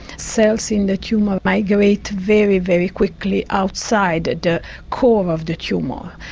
cells in the tumour migrate very, very quickly outside the core of the tumour.